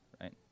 right